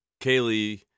Kaylee